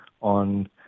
on